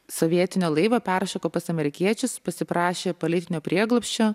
sovietinio laivo peršoko pas amerikiečius pasiprašė politinio prieglobsčio